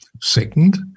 second